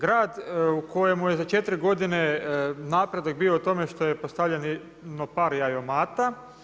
Grad u kojemu je za četiri godine napredak bio u tome što je postavljeno par jajomata.